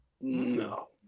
no